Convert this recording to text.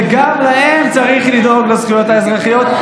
וגם להם צריך לדאוג לזכויות האזרחיות,